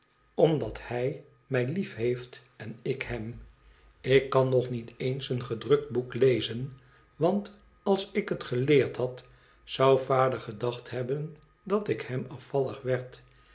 omdat hij w-z vriend mij liefheeft en ik hem ik kan nog niet eens een gedrukt boek lezen want als ik het geleerd had zou vader gedacht hebben dat ik hem